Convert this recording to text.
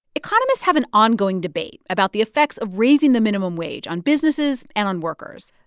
economists have an ongoing debate about the effects of raising the minimum wage on businesses and on workers.